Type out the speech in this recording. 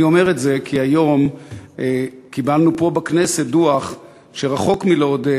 אני אומר את זה כי היום קיבלנו פה בכנסת דוח שרחוק מלעודד,